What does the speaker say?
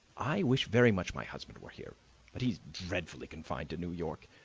i wish very much my husband were here but he's dreadfully confined to new york.